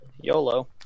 yolo